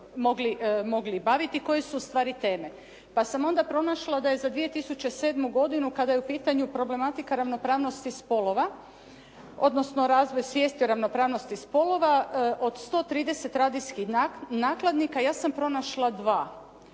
mogli baviti, koje su ustvari teme, pa sam onda pronašla da je za 2007. godinu kada je u pitanju problematika ravnopravnosti spolova, odnosno razvoj svijesti o ravnopravnosti spolova od 130 radijskih nakladnika, ja sam pronašla dva